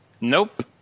nope